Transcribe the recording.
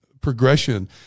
progression